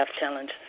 Challenge